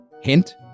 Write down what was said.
Hint